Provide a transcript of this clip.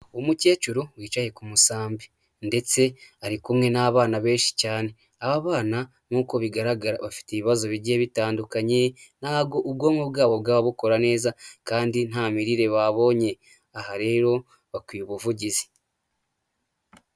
Umukecuru wicaye ku musambi, ndetse ari kumwe n'abana benshi cyane, aba bana nk'uko bigaragara bafite ibibazo bigiye bitandukanye ntabwo ubwonko bwabo bwaba bukora neza kandi nta mirire babonye, aha rero bakwiye ubuvugizi.